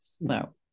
No